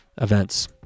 events